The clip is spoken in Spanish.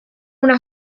una